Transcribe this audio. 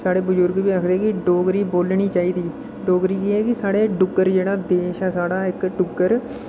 साढ़े बजुर्ग बी आखदे कि डोगरी बोलनी चाहिदी डोगरी ऐ जे साढ़े डु्ग्गर जेह्ड़ा देस ऐ साढ़ा इक डुग्गर